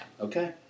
Okay